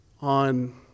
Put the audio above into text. on